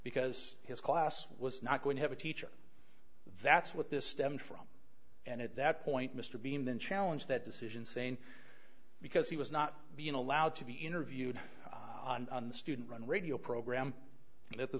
because his class was not going to have a teacher that's what this stemmed from and at that point mr bean then challenge that decision saying because he was not being allowed to be interviewed on the student run radio program and that the